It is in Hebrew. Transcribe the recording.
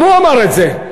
גם הוא אמר את זה.